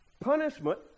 Punishment